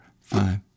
five